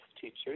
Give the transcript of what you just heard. teachers